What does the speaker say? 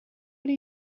are